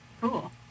Cool